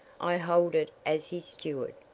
i hold it as his steward.